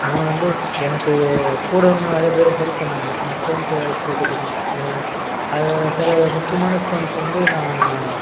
நான் வந்து எனக்கு கூட இன்னும் நிறைய பேர் ஹெல்ப் பண்ணிணாங்க அந்த ஸ்டோன்ஸு கிடைக்கறதுக்கும் அதில் சில முக்கியமான ஸ்டோன்ஸை வந்து நான்